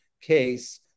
case